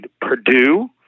Purdue